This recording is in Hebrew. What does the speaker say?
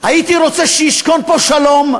הייתי רוצה שישכון פה שלום.